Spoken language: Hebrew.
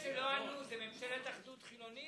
אלה שלא ענו, זה ממשלת אחדות חילונית?